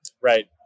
Right